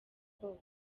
ubwoba